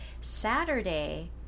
Saturday